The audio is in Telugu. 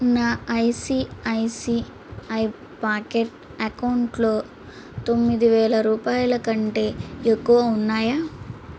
నా ఐసిఐసిఐ పాకెట్ అకౌంటులో తొమ్మిదివేల రూపాయల కంటే ఎక్కువ ఉన్నాయా